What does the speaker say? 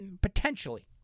Potentially